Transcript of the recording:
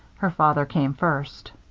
her father came first.